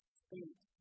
state